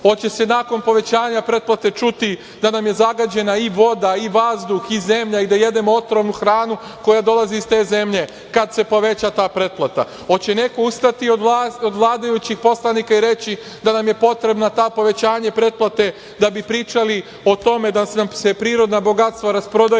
li se nakon povećanja pretplate čuti da nam je zagađena i voda i vazduh i zemlja i da jedemo otrovnu hranu koja dolazi iz te zemlje kada se poveća ta pretplata? Hoće li neko ustati od vladajućih poslanika i reći da nam je potrebno povećanje pretplate da bi pričali o tome da nam se prirodna bogatstva rasprodaju